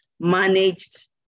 Managed